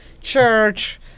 church